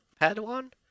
padawan